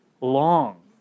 long